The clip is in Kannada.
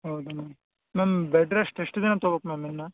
ಹೌದಾ ಮ್ಯಾಮ್ ಮ್ಯಾಮ್ ಬೆಡ್ ರೆಸ್ಟ್ ಎಷ್ಟು ದಿನ ತೊಗೊಬೇಕು ಮ್ಯಾಮ್ ಇನ್ನೂ